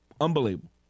Unbelievable